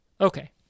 Okay